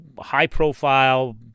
high-profile